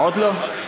עוד לא?